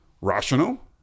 rational